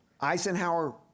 Eisenhower